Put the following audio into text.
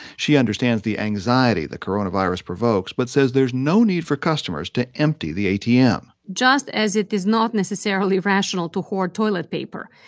she understands the anxiety the coronavirus provokes but says there's no need for customers to empty the atm just as it is not necessarily rational to hoard toilet paper,